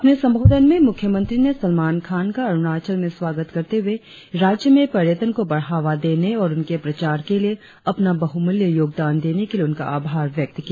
अपने संबोधन में मुख्य मंत्री ने सलमान खान का अरुणाचल में स्वागत करते हुए राज्य में पर्यटन को बढ़ावा देने और उनके प्रचार के लिए अपना बहुमूल्य योगदान देने के लिए उनका आभार व्यक्त किया